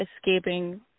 escaping